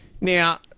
Now